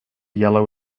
yellow